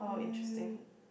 um